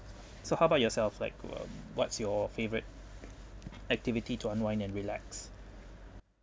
so how about yourself like what what's your favourite activity to unwind and relax